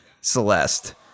Celeste